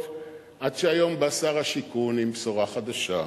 עד שהיום בא שר השיכון עם בשורה חדשה: